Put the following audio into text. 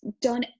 done